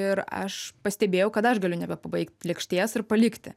ir aš pastebėjau kad aš galiu nebepabaigt lėkštės ir palikti